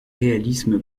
réalisme